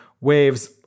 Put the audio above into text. waves